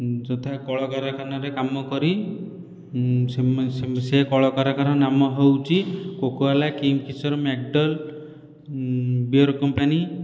ଯଥା କଳକାରଖାନାରେ କାମ କରି ସେ କଳକାରଖାନାର ନାମ ହେଉଛି Coca Cola Kingfisher McDowell beer company